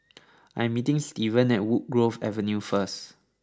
I am meeting Stevan at Woodgrove Avenue first